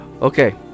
Okay